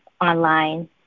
online